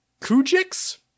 Kujix